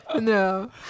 No